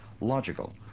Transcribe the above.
logical